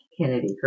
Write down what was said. Kennedy